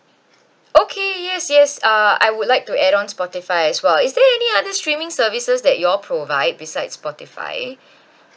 okay yes yes uh I would like to add on spotify as well is there any other streaming services that you all provide besides spotify